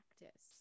practice